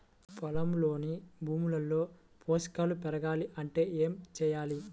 పొలంలోని భూమిలో పోషకాలు పెరగాలి అంటే ఏం చేయాలి?